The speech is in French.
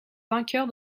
vainqueur